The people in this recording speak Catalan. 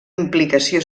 implicació